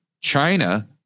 China